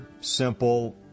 simple